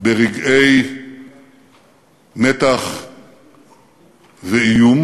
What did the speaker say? ברגעי מתח ואיום.